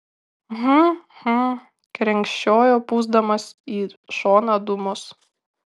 hm hm krenkščiojo pūsdamas į šoną dūmus